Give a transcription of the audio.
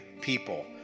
people